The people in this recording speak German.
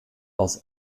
aus